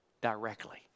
directly